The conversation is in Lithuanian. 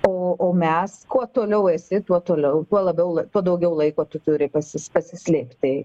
o o mes kuo toliau esi tuo toliau tuo labiau tuo daugiau laiko tu turi pasis pasislėpti